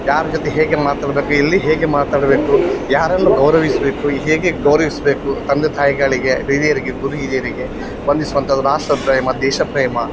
ಯಾರ ಜೊತೆ ಹೇಗೆ ಮಾತಾಡಬೇಕು ಎಲ್ಲಿ ಹೇಗೆ ಮಾತಾಡಬೇಕು ಯಾರನ್ನು ಗೌರವಿಸಬೇಕು ಹೇಗೆ ಗೌರವಿಸಬೇಕು ತಂದೆ ತಾಯಿಗಳಿಗೆ ಹಿರಿಯರಿಗೆ ಗುರು ಹಿರಿಯರಿಗೆ ವಂದಿಸುವಂಥದ್ದು ರಾಷ್ಟ್ರ ಪ್ರೇಮ ದೇಶ ಪ್ರೇಮ